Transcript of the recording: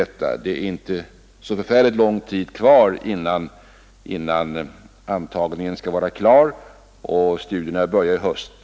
Det är då inte särskilt lång tid kvar till dess att intagningen skall vara klar och studierna börjar i höst.